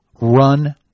run